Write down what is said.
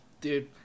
Dude